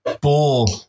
bull